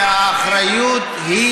של מי האחריות והסמכות של משרד הבריאות?